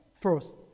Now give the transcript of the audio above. first